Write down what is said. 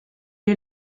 est